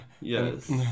Yes